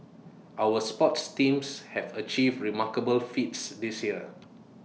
our sports teams have achieved remarkable feats this year